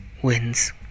wins